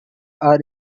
are